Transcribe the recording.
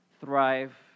thrive